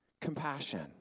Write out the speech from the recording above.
compassion